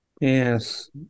Yes